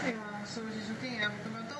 ya so she's working at bukit batok